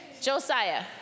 Josiah